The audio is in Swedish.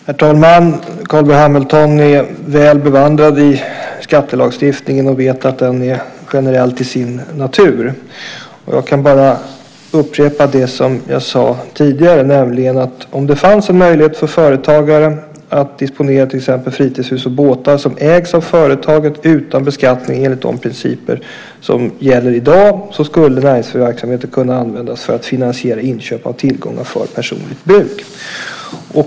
Herr talman! Carl B Hamilton är väl bevandrad i skattelagstiftningen och vet att den är generell till sin natur. Jag kan bara upprepa det som jag sade tidigare, nämligen att om det fanns en möjlighet för företagare att disponera till exempel fritidshus och båtar som ägs av företaget utan beskattning enligt de principer som gäller i dag skulle verksamheten kunna användas för att finansiera inköp av tillgångar för personligt bruk.